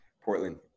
Portland